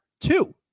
two